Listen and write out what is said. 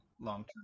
long-term